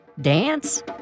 dance